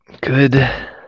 Good